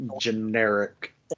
generic